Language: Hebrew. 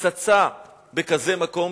פצצה בכזה מקום,